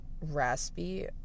raspy